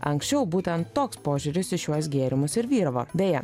anksčiau būtent toks požiūris į šiuos gėrimus ir vyravo beje